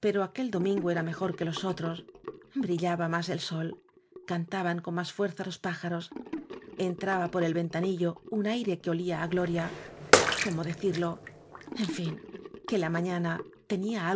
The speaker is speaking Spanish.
pero aquel domingo era mejor que los otros brillaba más el sol cantaban con más fuerza los pájaros entraba por el ventani llo un aire que olía á gloria cómo decirlo en fin que la mañana tenía